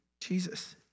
Jesus